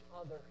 others